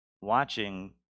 watching